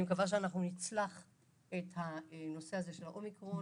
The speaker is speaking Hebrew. אני מקווה שנצלח את האומיקרון.